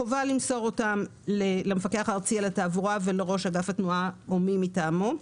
חובה למסור אותן למפקח הארצי על התעבורה ולראש אגף התנועה או מי מטעמו.